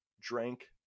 drank